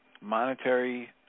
monetary